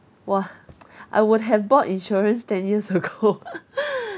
!wah! I would have bought insurance ten years ago